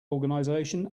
organization